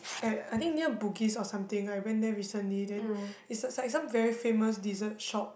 I I think near Bugis or something I went there recently then it's said said some very famous dessert shop